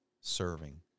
serving